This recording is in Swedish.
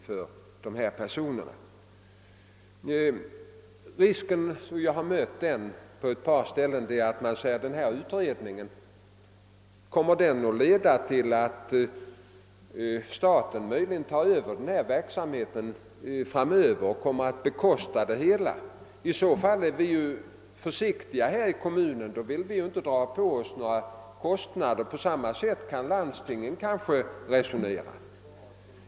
Den risk som jag anser föreligga är att man på kommunalt håll frågar sig, om utredningen inte möjligen kommer att leda till att staten i framtiden skall överta verksamheten och bekosta densamma. Av denna anledning blir man försiktig och vill inte dra på sig några kostnader genom att starta skyddad verksamhet. Även landstingen kan kanske resonera på samma sätt.